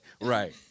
Right